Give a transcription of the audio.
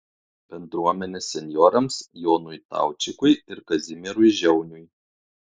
bendruomenės senjorams jonui taučikui ir kazimierui žiauniui